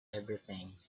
everything